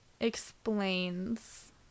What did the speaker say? explains